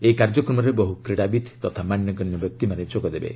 ଏହି କାର୍ଯ୍ୟକ୍ରମରେ ବହୃ କ୍ରୀଡ଼ାବିତ୍ ତଥା ମାନ୍ୟଗଣ୍ୟ ବ୍ୟକ୍ତିମାନେ ଯୋଗଦେବେ